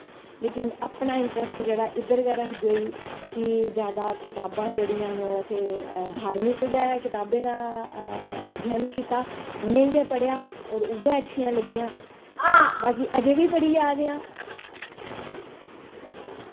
लेकिन अपनां इंट्रस्ट जेह्ड़ा इद्धर गै रखदे होई कि कताबां जेह्ड़ियां ओह् जादा असैं धार्मिक गै कताबें दा अध्यन कीता उनेंगी गै पढ़ेआ और उऐ अच्छियां लग्गियां बाकी अज़ें बी पढ़ी जा दे आं